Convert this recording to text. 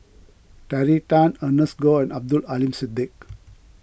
Terry Tan Ernest Goh and Abdul Aleem Siddique